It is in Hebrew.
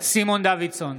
סימון דוידסון,